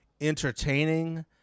entertaining